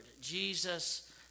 Jesus